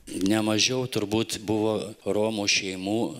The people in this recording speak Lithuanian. nemažiau turbūt buvo romų šeimų